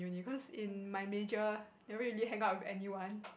in uni cause in my major never really hang out with anyone